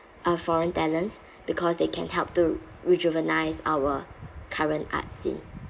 a foreign talents because they can help to rejuvenise our current arts scene